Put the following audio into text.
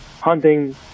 Hunting